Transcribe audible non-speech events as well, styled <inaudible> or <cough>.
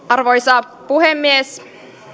<unintelligible> arvoisa puhemies